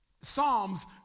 Psalms